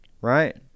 Right